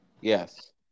Yes